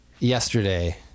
Yesterday